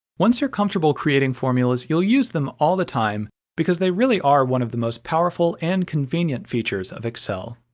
once you're comfortable creating formulas, you'll use them all the time because they really are one of the most powerful and convenient features of excel.